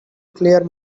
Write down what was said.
clear